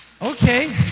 okay